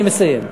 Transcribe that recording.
אני מסיים.